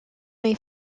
may